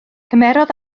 cymerodd